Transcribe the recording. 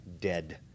dead